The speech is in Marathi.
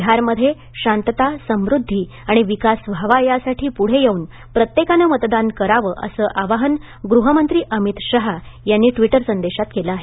बिहारमध्ये शांतता समृध्दी आणि विकास व्हावा यासाठी पुढे येऊन प्रत्येकानं मतदान करावं असं आवाहन गृहमंत्री अमित शहा यांनी ट्विटर संदेशांत केलं आहे